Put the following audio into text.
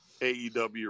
AEW